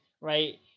right